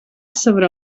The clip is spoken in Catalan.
sobre